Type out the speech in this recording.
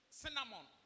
cinnamon